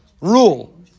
rule